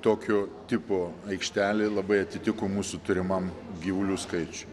tokio tipo aikštelė labai atitiko mūsų turimam gyvulių skaičiui